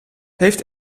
heeft